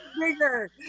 bigger